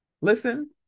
listen